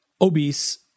obese